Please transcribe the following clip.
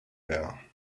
there